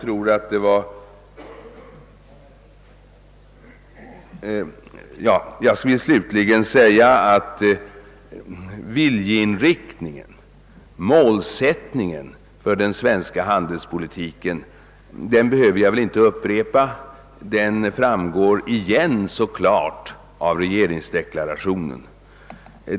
Slutligen vill jag säga att viljeinriktningen, målsättningen för den svenska handelspolitiken klart framgår av regeringsdeklarationen.